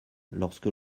lorsque